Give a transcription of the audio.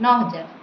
ନଅ ହଜାର